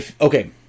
Okay